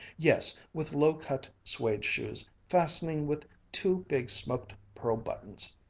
yes, with low-cut suede shoes, fastening with two big smoked-pearl buttons.